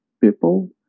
people